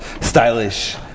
stylish